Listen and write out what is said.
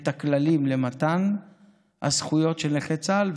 ואת הכללים למתן הזכויות של נכי צה"ל.